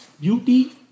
beauty